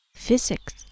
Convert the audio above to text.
physics